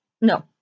No